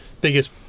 biggest